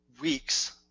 weeks